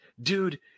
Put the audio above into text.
dude